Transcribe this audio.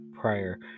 prior